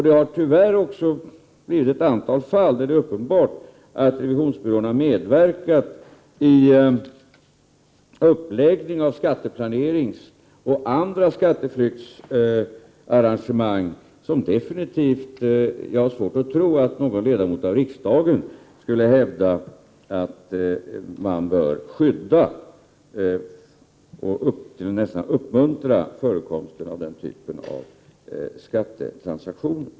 Det finns tyvärr också ett antal fall där det är uppenbart att revisionsbyråer har medverkat i uppläggning av skatteplanering och andra skatteflyktsarrangemang som jag har svårt att tro att någon ledamot av riksdagen skulle hävda att man bör skydda och nästan uppmuntra förekomsten av den typen av skattetransaktioner.